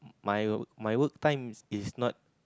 my work my work time is not